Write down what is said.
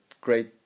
great